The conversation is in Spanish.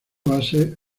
fase